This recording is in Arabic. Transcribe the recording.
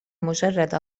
مجرد